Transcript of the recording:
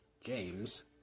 James